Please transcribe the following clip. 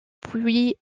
puis